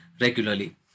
regularly